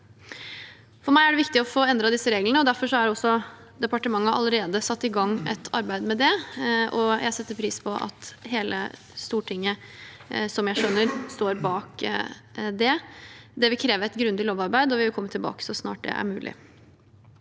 For meg er det viktig å få endret disse reglene. Derfor har departementet allerede satt i gang et arbeid med det, og jeg setter pris på at hele Stortinget – slik jeg skjønner det – står bak det. Det vil kreve et grundig lovarbeid, og vi vil komme tilbake så snart det er mulig.